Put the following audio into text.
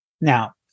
Now